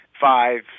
five